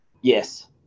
Yes